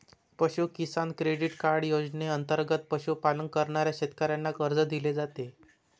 पशु किसान credit card योजनेंतर्गत पशुपालन करणाऱ्या शेतकऱ्यांना कर्ज दिले जाते